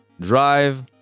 Drive